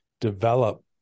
develop